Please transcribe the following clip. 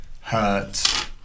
hurt